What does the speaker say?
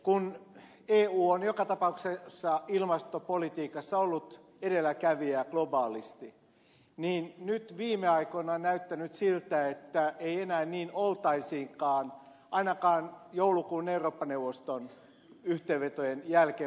kun eu on joka tapauksessa ilmastopolitiikassa ollut edelläkävijä globaalisti niin nyt viime aikoina on näyttänyt siltä että ei enää niin oltaisikaan ainakaan joulukuun eurooppa neuvoston yhteenvetojen jälkeen